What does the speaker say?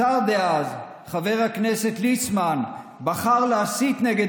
השר דאז חבר הכנסת ליצמן בחר להסית נגד